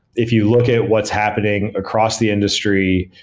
if you look at what's happening across the industry,